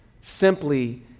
simply